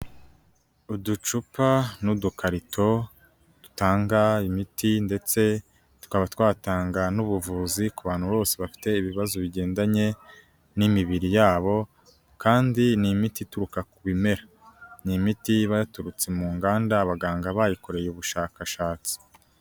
Uducupa n'udukarito dutanga imiti ndetse tukaba twatanga n'ubuvuzi ku bantu bose bafite ibibazo bigendanye n'imibiri yabo, kandi ni imiti ituruka ku bimera. Ni imiti iba yaturutse mu nganda abaganga bayikoreye ubushakashatsi.